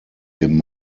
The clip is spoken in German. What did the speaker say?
dem